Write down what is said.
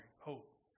Hope